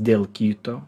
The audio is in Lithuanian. dėl kito